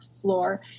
floor